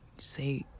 say